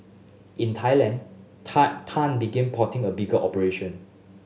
in Thailand Tan Tan begin plotting a bigger operation